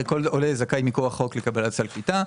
הרי כל עולה זכאי מכוח חוק לקבל סל קליטה.